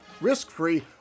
risk-free